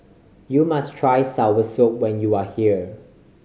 you must try soursop when you are here